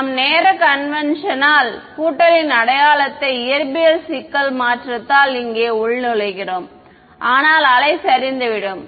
நாம் நேர கன்வென்ட்ஷன் ஆல் கூட்டலின் அடையாளத்தை இயற்பியல் சிக்கல் மாற்றாததால் இங்கே உள்நுழைக ஆனால் அலை சரிந்துவிடும்